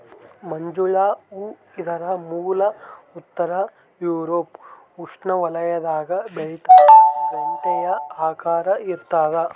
ಮಂಜುಳ ಹೂ ಇದರ ಮೂಲ ಉತ್ತರ ಯೂರೋಪ್ ಉಷ್ಣವಲಯದಾಗ ಬೆಳಿತಾದ ಗಂಟೆಯ ಆಕಾರ ಇರ್ತಾದ